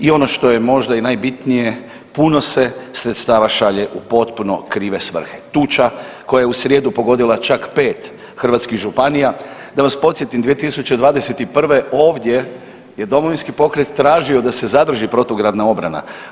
I ono što je možda i najbitnije puno se sredstava šalje u potpuno krve svrhe, tuča koja je u srijedu pogodila čak pet hrvatskih županija, da vas podsjetim 2021. ovdje je Domovinski pokret tražio da se zadrži protugradna obrana.